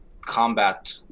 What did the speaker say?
combat